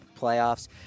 playoffs